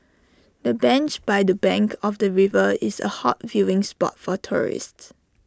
the bench by the bank of the river is A hot viewing spot for tourists